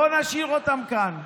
בוא נשאיר אותם כאן.